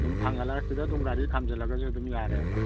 ꯑꯗꯨꯝ ꯐꯥꯡꯍꯜꯂ ꯁꯤꯗ ꯑꯗꯨꯝ ꯒꯥꯔꯤ ꯈꯥꯝꯖꯜꯂꯒꯁꯨ ꯑꯗꯨꯝ ꯌꯥꯔꯦꯕ